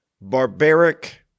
barbaric